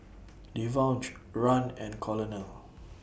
Devaughn Rahn and Colonel